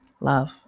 love